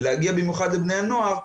ובמיוחד להגיע לבני הנוער,